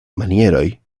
manieroj